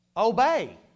Obey